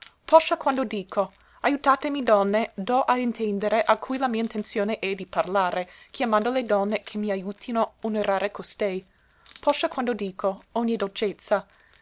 poscia quando dico aiutatemi donne do a intendere a cui la mia intenzione è di parlare chiamando le donne che m'aiutino onorare costei poscia quando dico ogne dolcezza